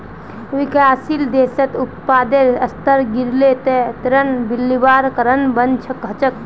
विकासशील देशत उत्पादेर स्तर गिरले त ऋण लिबार कारण बन छेक